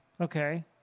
Okay